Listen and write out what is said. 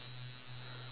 one